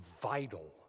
vital